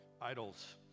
idols